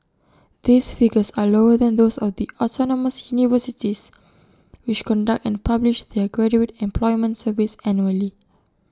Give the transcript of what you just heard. these figures are lower than those of the autonomous universities which conduct and publish their graduate employment surveys annually